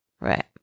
Right